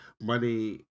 money